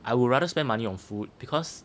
I would rather spend money on food because